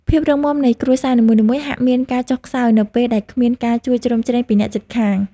ភាពរឹងមាំនៃគ្រួសារនីមួយៗហាក់មានការចុះខ្សោយនៅពេលដែលគ្មានការជួយជ្រោមជ្រែងពីអ្នកជិតខាង។